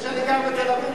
כאילו אני גר בתל-אביב,